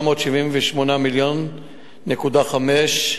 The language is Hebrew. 778.5 מיליון.